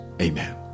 Amen